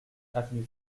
avenue